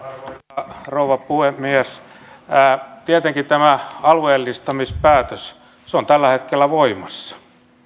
arvoisa rouva puhemies tietenkin tämä alueellistamispäätös on tällä hetkellä voimassa